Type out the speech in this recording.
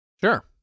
Sure